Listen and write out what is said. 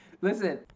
Listen